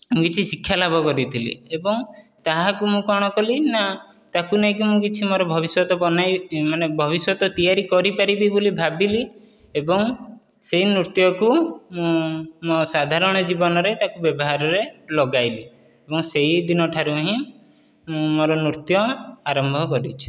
କିଛି ଶିକ୍ଷା ଲାଭ କରିଥିଲି ଏବଂ ତାହାକୁ ମୁଁ କ'ଣ କଲି ନା ତାହାକୁ ନେଇକି ମୁଁ କିଛି ଭବିଷ୍ୟତ ବାନାଇବି ମାନେ ଭବିଷ୍ୟତ ତିଆରି କରି ପାରିବି ବୋଲି ଭାବିଲି ଏବଂ ସେ ନୃତ୍ୟ କୁ ମୁଁ ମୋ ସାଧାରଣ ଜୀବନରେ ତାକୁ ବ୍ୟବହାରରେ ଲଗାଇଲି ଏବଂ ସେହି ଦିନଠାରୁ ହିଁ ମୁଁ ମୋର ନୃତ୍ୟ ଆରମ୍ଭ କରିଛି